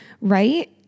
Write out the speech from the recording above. right